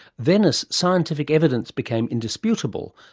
then, as scientific evidence became indisputable,